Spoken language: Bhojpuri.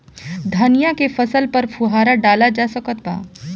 धनिया के फसल पर फुहारा डाला जा सकत बा?